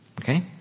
Okay